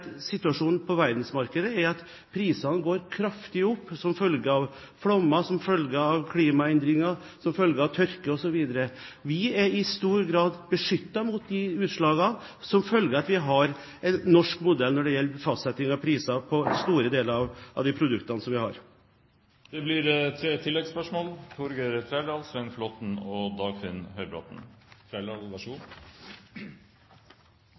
situasjonen på verdensmarkedet er slik at prisene går kraftig opp som følge av flommer, som følge av klimaendringer, som følge av tørke, osv. Vi er i stor grad beskyttet mot de utslagene som følge av at vi har en norsk modell når det gjelder fastsetting av priser på store deler av våre produkter. Det blir tre oppfølgingsspørsmål – først Torgeir Trældal. Norge har verdens dyreste melk – ja, over dobbelt så dyr som i Sverige og